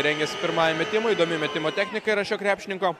rengiasi pirmajam metimui įdomi metimo technika yra šio krepšininko